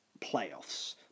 playoffs